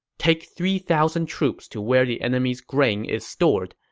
take three thousand troops to where the enemy's grain is stored.